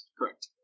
Correct